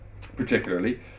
particularly